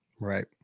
Right